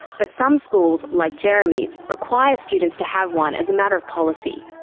but some schools, like jeremy's, require students to have one as a matter of policy.